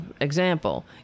example